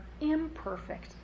imperfect